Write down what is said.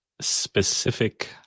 specific